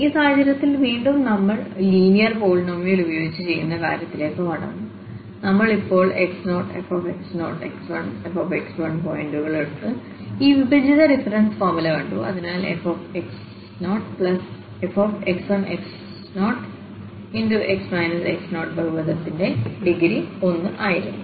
ഈ സാഹചര്യത്തിൽ വീണ്ടും നമ്മൾ ലീനിയർ പോളിനോമിയൽഉപയോഗിച്ച് ചെയ്യുന്ന കാര്യത്തിലേക്ക് മടങ്ങും നമ്മൾ ഇപ്പോൾ x0fx0x1fx1 പോയിന്റുകൾ എടുത്ത്ഈ വിഭജിത ഡിഫറെൻസ് ഫോർമുല കണ്ടു അതിനാൽ fx0fx1x0 ബഹുപദത്തിന്റെ ഡിഗ്രി1 ആയിരുന്നു